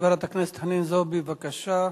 חברת הכנסת חנין זועבי, בבקשה.